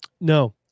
No